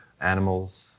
animals